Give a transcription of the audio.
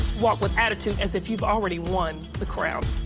walk with attitude, as if you've already won the crown.